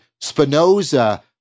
Spinoza